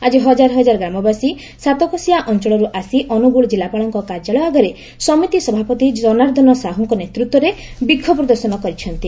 ଆକି ହଜାର ହଜାରେ ଗ୍ରାମବାସୀ ସାତକୋଶିଆ ଅଞ୍ଞଳରୁ ଆସି ଅନୁଗୁଳ ଜିଲ୍ଲାପାଳଙ୍କ କାର୍ଯ୍ୟାଳୟ ଆଗରେ ସମିତି ସଭାପତି ଜନାର୍ଦ୍ଦନ ସାହୁଙ୍କ ନେତୃତ୍ୱରେ ବିକ୍ଷୋଭ ପ୍ରଦର୍ଶନ କରିଛନ୍ତି